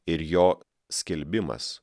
ir jo skelbimas